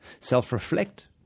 Self-reflect